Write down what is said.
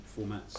formats